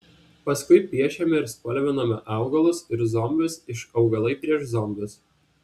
paskui piešėme ir spalvinome augalus ir zombius iš augalai prieš zombius